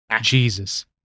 Jesus